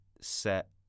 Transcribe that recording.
set